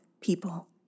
people